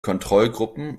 kontrollgruppen